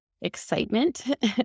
excitement